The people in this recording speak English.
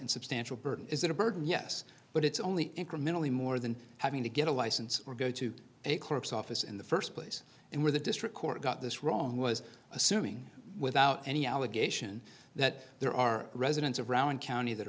and substantial burden is that a burden yes but it's only incrementally more than having to get a license or go to a clerk's office in the first place and where the district court got this wrong was assuming without any allegation that there are residents around county that